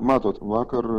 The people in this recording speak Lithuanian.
matot vakar